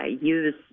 use